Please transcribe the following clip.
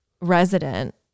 resident